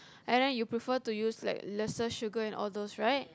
and then you prefer to use like lesser sugar and all those right